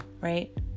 right